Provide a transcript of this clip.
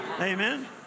Amen